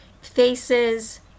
faces